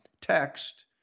text